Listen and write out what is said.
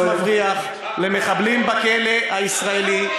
הוא נתפס מבריח למחבלים בכלא הישראלי,